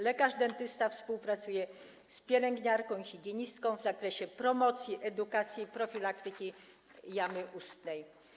Lekarz dentysta współpracuje z pielęgniarką albo higienistką w zakresie promocji, edukacji i profilaktyki jamy ustnej.